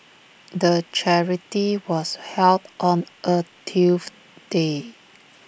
the charity was held on A Tuesday